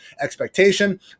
expectation